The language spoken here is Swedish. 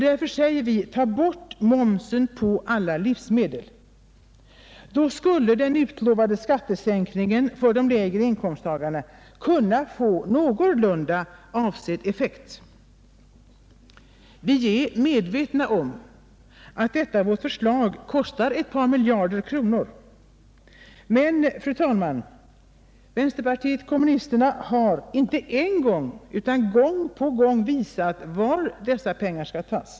Därför säger vi: Ta bort momsen på alla livsmedel! Då skulle den utlovade skattesänkningen för de lägre inkomsttagarna kunna få någorlunda avsedd effekt. Vi är medvetna om att detta vårt förslag kostar ett par miljarder kronor. Men, fru talman, vänsterpartiet kommunisterna har inte en gång utan gång på gång visat var dessa pengar skall tas.